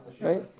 right